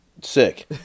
Sick